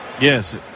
Yes